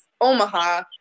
Omaha